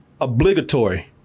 obligatory